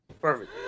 perfect